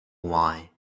why